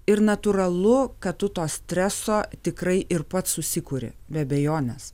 ir natūralu kad tu to streso tikrai ir pats susikuri be abejonės